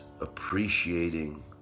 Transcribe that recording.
appreciating